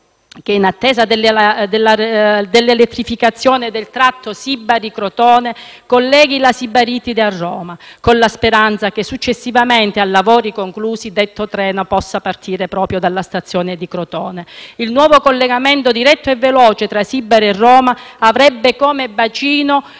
che in attesa dell'elettrificazione del tratto tra Sibari e Crotone, colleghi la Sibaritide a Roma, con la speranza che, successivamente, a lavori conclusi, detto treno possa partire proprio dalla stazione di Crotone. Il nuovo collegamento diretto e veloce tra Sibari e Roma avrebbe come